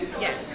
Yes